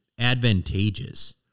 Advantageous